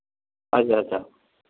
ଆଜ୍ଞା ଆଜ୍ଞା